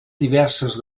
diverses